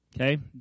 Okay